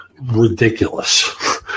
ridiculous